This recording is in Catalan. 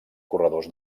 corredors